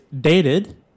dated